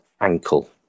ankle